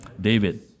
David